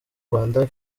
rwanda